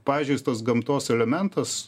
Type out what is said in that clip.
pažeistas gamtos elementas